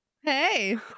Hey